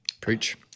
Preach